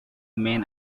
main